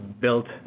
built